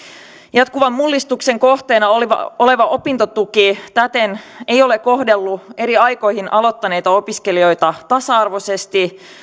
jatkuvan mullistuksen kohteena oleva oleva opintotuki ei täten ole kohdellut eri aikoihin aloittaneita opiskelijoita tasa arvoisesti